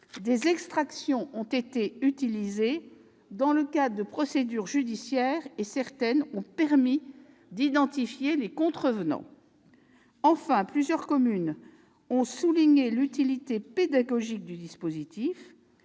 des extractions ont été utilisées dans le cadre de procédures judiciaires et certaines ont permis d'identifier des contrevenants. Cinquièmement, plusieurs communes ont souligné l'utilité pédagogique du dispositif.